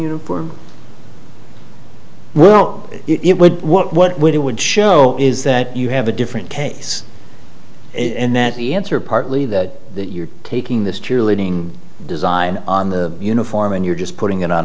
for well it would what what would it would show is that you have a different case and that the answer partly that you're taking this cheerleading design on the uniform and you're just putting it on